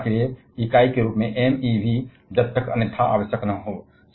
और ऊर्जा के लिए इकाई के रूप में MeV जब तक अन्यथा आवश्यक न हो